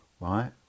right